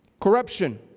Corruption